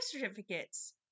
certificates